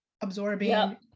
absorbing